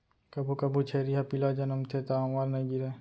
कभू कभू छेरी ह पिला जनमथे त आंवर नइ गिरय